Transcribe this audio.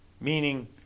Meaning